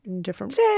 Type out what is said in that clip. different